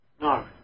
No